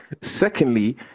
Secondly